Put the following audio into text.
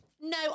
No